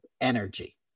energy